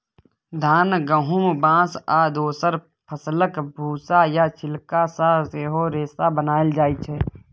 धान, गहुम, बाँस आ दोसर फसलक भुस्सा या छिलका सँ सेहो रेशा बनाएल जाइ छै